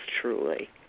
truly